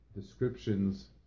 descriptions